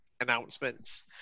announcements